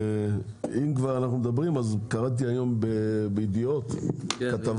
ואם כבר אנחנו מדברים אז קראתי היום בידיעות כתבה,